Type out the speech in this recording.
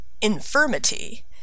infirmity